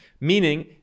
meaning